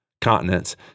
continents